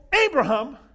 Abraham